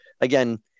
again